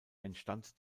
entstand